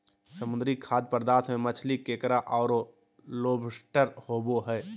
समुद्री खाद्य पदार्थ में मछली, केकड़ा औरो लोबस्टर होबो हइ